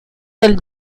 del